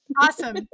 Awesome